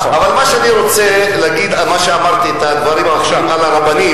אבל מה שאמרתי על הדברים של הרבנים,